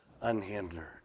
unhindered